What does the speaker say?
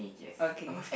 okay